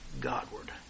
Godward